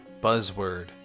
buzzword